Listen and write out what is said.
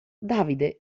davide